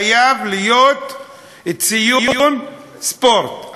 חייב להיות ציון בספורט.